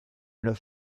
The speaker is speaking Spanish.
los